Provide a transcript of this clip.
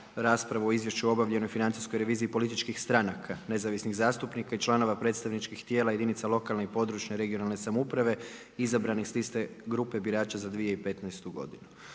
raspravu o Izvješću o obavljanoj financijskoj reviziji političkih stranaka nezavisnih zastupnika i članova predstavničkih tijela jedinice lokalne (regionalne) i područne samouprave izabranih s liste grupe birača za 2015. godinu.